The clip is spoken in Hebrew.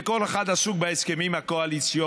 וכל אחד עסוק בהסכמים הקואליציוניים,